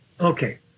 Okay